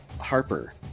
Harper